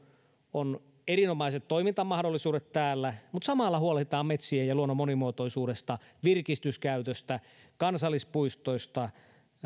on erinomaiset toimintamahdollisuudet täällä mutta samalla huolehditaan metsien ja luonnon monimuotoisuudesta virkistyskäytöstä kansallispuistoista